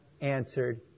answered